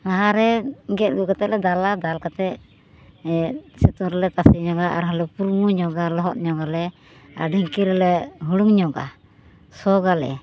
ᱞᱟᱦᱟᱨᱮ ᱜᱮᱫ ᱟᱹᱜᱩ ᱠᱟᱛᱮᱞᱮ ᱫᱟᱞᱟ ᱫᱟᱞ ᱠᱟᱛᱮ ᱥᱤᱛᱩᱝ ᱨᱮᱞᱮ ᱛᱟᱥᱮ ᱧᱚᱜᱟ ᱟᱨ ᱞᱮ ᱯᱩᱨᱢᱩ ᱧᱚᱜᱟ ᱞᱚᱦᱚᱫ ᱧᱚᱜᱟᱞᱮ ᱟᱨ ᱰᱷᱤᱝᱠᱤ ᱨᱮᱜᱮ ᱦᱩᱲᱩᱝ ᱧᱚᱜᱟ ᱥᱚᱜ ᱟᱞᱮ